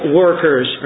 workers